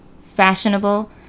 fashionable